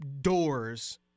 doors